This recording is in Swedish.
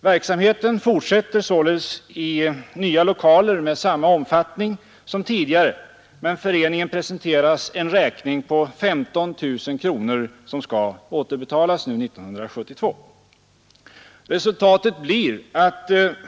Verksamheten fortsätter alltså i samma omfattning som tidigare men i nya lokaler. I det taget presenteras föreningen ett återbetalningskrav på 15 000 kronor att betalas under 1973.